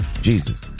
Jesus